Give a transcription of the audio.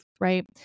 right